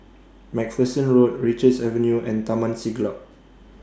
MacPherson Road Richards Avenue and Taman Siglap